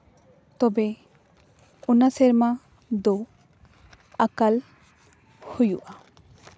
ᱛᱚᱵᱮ ᱚᱱᱟ ᱥᱮᱨᱢᱟ ᱫᱚ ᱟᱠᱟᱞ ᱦᱩᱭᱩᱜᱼᱟ